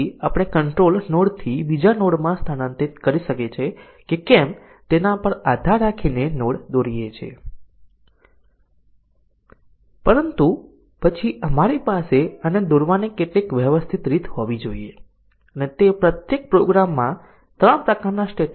MC DC એ modified condition decision coverage માટેનો અર્થ છે અને પ્રાયોગિક રૂપે એવું જોવા મળ્યું છે કે બગ ની તપાસ અસરકારકતા લગભગ ઘણી કન્ડિશન કવરેજ જેટલી જ છે પરંતુ બહુવિધ કન્ડિશન પ્રાપ્ત કરવા માટે જરૂરી ટેસ્ટીંગ ના કેસોની સંખ્યા આ ફેરફાર કરેલી કન્ડિશન ડીસીઝન કવરેજ કે શું MC DC એટોમિક કન્ડિશન ઓની સંખ્યામાં લીનીયર છે